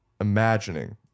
imagining